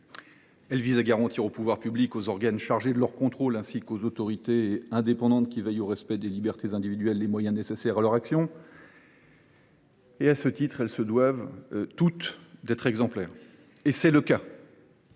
ils visent à garantir aux pouvoirs publics, aux organes chargés de leur contrôle, ainsi qu’aux autorités indépendantes qui veillent au respect des libertés individuelles, les moyens nécessaires à leur action. Ces pouvoirs publics, organes et autorités se doivent, tous, d’être exemplaires, et c’est le cas.